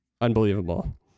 Unbelievable